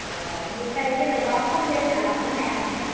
अ बिनिफ्राय जेनेबा खम बेस खालामनो हाया नामा